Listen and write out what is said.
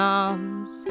arms